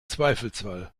zweifelsfall